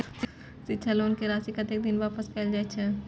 शिक्षा लोन के राशी कतेक दिन बाद वापस कायल जाय छै?